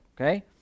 okay